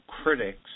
critics